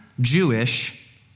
Jewish